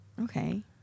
Okay